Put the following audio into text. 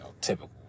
Typical